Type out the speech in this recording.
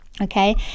Okay